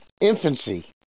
infancy